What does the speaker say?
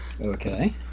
okay